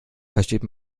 versteht